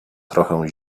trochę